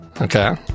Okay